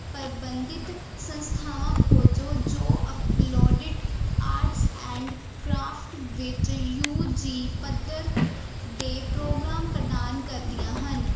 ਪ੍ਰਬੰਧਿਤ ਸੰਸਥਾਵਾਂ ਖੋਜੋ ਜੋ ਅਪਲੋਡਿਡ ਆਰਟਸ ਐਂਡ ਕਰਾਫਟ ਵਿੱਚ ਯੂਜੀ ਪੱਧਰ ਦੇ ਪ੍ਰੋਗਰਾਮ ਪ੍ਰਧਾਨ ਕਰਦੀਆਂ ਹਨ